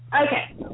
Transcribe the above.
Okay